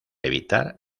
evitar